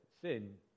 sin